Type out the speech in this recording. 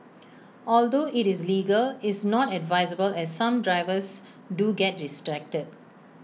although IT is legal is not advisable as some drivers do get distracted